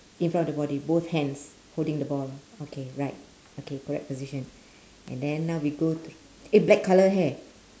in front of the body both hands holding the ball okay right okay correct position and then now we go to eh black colour hair